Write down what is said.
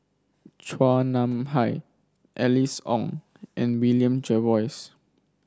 Chua Nam Hai Alice Ong and William Jervois